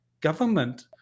government